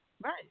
right